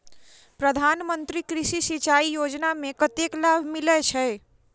प्रधान मंत्री कृषि सिंचाई योजना मे कतेक लाभ मिलय छै?